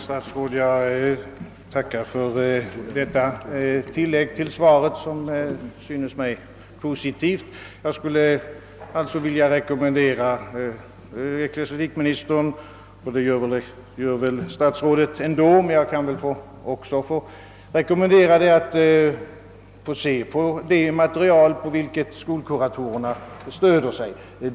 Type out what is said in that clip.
Jag tackar herr statsrådet för detta tillägg till svaret, som synes mig positivt. Jag skulle alltså vilja rekommendera ecklesiastikministern — även om han troligen gör det i alla fall — att ta del av det material som skolkuratorerna stöder sig på.